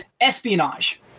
Espionage